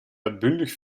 uitbundig